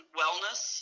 wellness